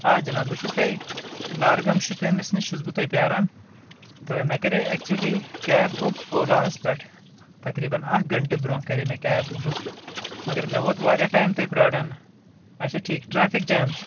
آ جباب بہٕ چھُس تۄہہِ لارٕگام شُپینس نش چھُس بہٕ تۄہہِ پیاران تہٕ مےٚ کرے ایٚکچُولی کیب بُک اولا ہس پٮ۪ٹھ تقریٖبن اکھ گنٛٹہٕ برٛونٛہہ کرے مےٚ کیب بُک مگر مےٚ ووت واریاہ ٹایِم تۄہہِ پراران اچھا ٹھیٖک ٹرٛیفِک جیم چھُ